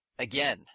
Again